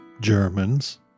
Germans